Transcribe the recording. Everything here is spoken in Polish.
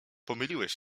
pomyliłeś